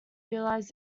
realize